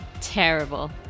terrible